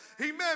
Amen